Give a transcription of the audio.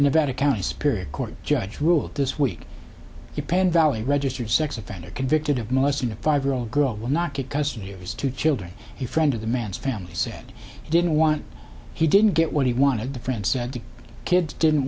about a county superior court judge ruled this week u penn valley registered sex offender convicted of molesting a five year old girl will not get custody of his two children he friend of the man's family said he didn't want he didn't get what he wanted the friend said the kids didn't